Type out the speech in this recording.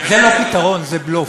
זה לא פתרון, זה בלוף.